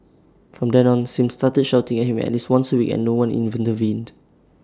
from then on Sim started shouting at him at least once A week and no one intervened